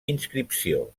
inscripció